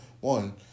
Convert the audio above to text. one